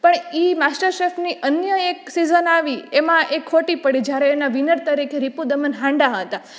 પણ એ માસ્ટર શેફની અન્ય એક સિઝન આવી એમાં એ ખોટી પડી જ્યારે એના વિનર તરીકે રિપુ દમન હાંડા હતા